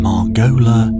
Margola